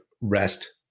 rest